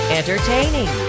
entertaining